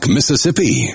Mississippi